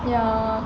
ya